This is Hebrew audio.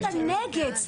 נגד.